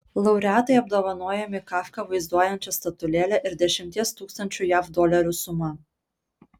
laureatai apdovanojami kafką vaizduojančia statulėle ir dešimties tūkstančių jav dolerių suma